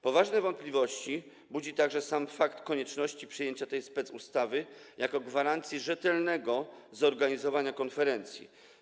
Poważne wątpliwości budzi także sam fakt konieczności przyjęcia tej specustawy jako gwarancji rzetelnego zorganizowania konferencji.